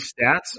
stats